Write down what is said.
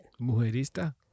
Mujerista